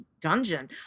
dungeon